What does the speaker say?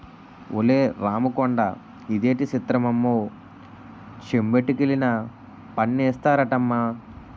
ఒలే రాముకొండా ఇదేటి సిత్రమమ్మో చెంబొట్టుకెళ్లినా పన్నేస్తారటమ్మా